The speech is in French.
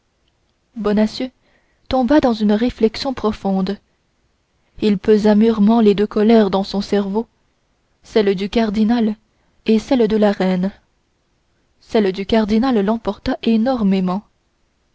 tant bonacieux tomba dans une réflexion profonde il pesa mûrement les deux colères dans son cerveau celle du cardinal et celle de la reine celle du cardinal l'emporta énormément